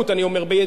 לא צודקים.